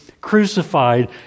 crucified